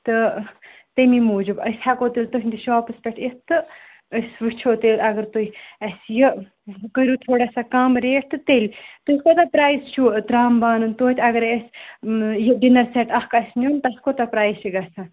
تہٕ تمے موٗجوٗب أسۍ ہیٚکو تیٚلہِ تُہُنٛدِس شاپَس پٮ۪ٹھ یِتھ تہٕ أسۍ وٕچھو تیٚلہِ اگر تُہۍ اسہِ یہِ کٔرِو تھوڑا سا کَم ریٹ تہٕ تیٚلہِ تُہۍ کوتاہ پرٛایِز چھُو ترٛامہٕ بانَن توتہِ اگر اسہِ یہِ ڈِنَر سٮ۪ٹ اَکھ آسہِ نِیُن تَتھ کوٗتاہ پرٛایِز چھُ گَژھان